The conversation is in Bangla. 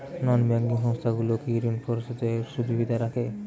নন ব্যাঙ্কিং সংস্থাগুলো কি স্বর্ণঋণের সুবিধা রাখে?